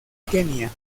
kenia